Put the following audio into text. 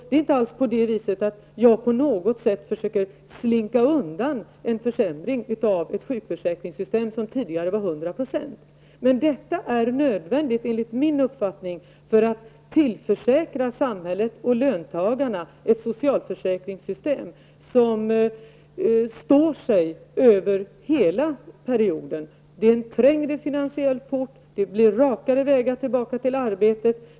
Det är inte alls så att jag på något sätt försöker slinka undan att det är en försämring av ett sjukförsäkringssystem som tidigare gällde 100 %. Men detta är enligt min uppfattning nödvändigt för att tillförsäkra samhället och löntagarna ett socialförsäkringssystem som står sig över hela perioden. Det är en trängre finansiell port, det blir rakare vägar tillbaka till arbetet.